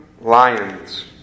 Lions